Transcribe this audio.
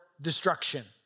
destruction